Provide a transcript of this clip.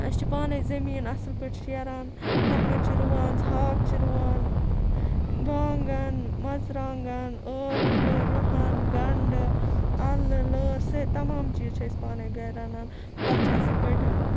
أسۍ چھِ پانے زمین اَصل پٲٹھۍ شیران تَتھ مَنٛز چھِ رُوان ہاکھ چھِ رُوان وانٛگَن مَرژٕوانٛگَن ٲلوٕ رُہُن گَنٛڈٕ اَلہٕ لٲر سٲری تَمام چیٖز چھِ أسۍ پانے گَرٕ رَنان تَتھ چھِ اَصل پٲٹھۍ